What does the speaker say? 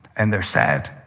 and they're sad,